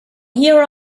here